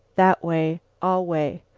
that way, all way.